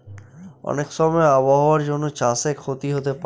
অনেক সময় আবহাওয়ার জন্য চাষে ক্ষতি হতে পারে